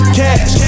cash